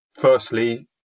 Firstly